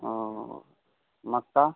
ओ मक्का